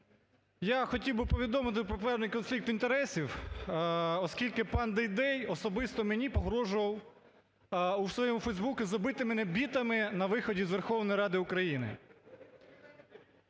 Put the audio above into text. я хотів би повідомити про певний конфлікт інтересів, оскільки пан Дейдей особисто мені погрожував у своєму Фейсбуці забити мене бітами на виході з Верховної Ради України.